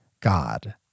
God